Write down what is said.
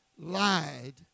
Lied